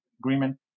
agreement